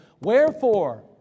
Wherefore